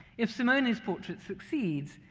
if simone's portrait succeeds,